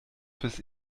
fürs